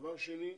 הדבר השני,